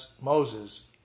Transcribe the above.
Moses